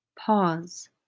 Pause